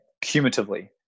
cumulatively